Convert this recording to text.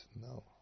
No